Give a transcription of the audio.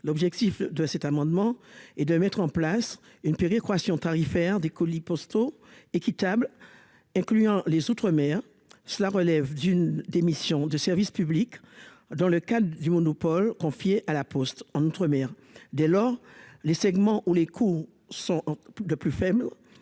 l'objectif de cet amendement et de mettre en place une péréquation tarifaire des colis postaux équitable, incluant les outre-mer, cela relève d'une des missions de service public dans le cadre du monopole confié à la Poste en outre-mer dès lors les segments où les coûts sont de plus faible